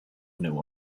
new